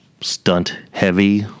stunt-heavy